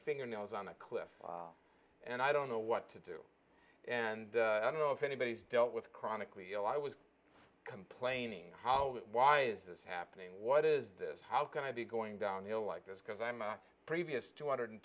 fingernails on a cliff and i don't know what to do and i don't know if anybody's dealt with chronically ill i was complaining how why is this happening what is this how can i be going downhill like this because i'm a previous two hundred